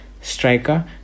striker